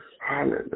Hallelujah